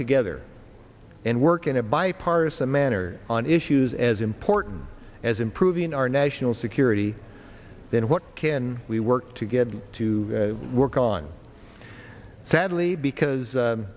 together and work in a bipartisan manner on issues as important as improving our national security then what can we work together to work on sadly because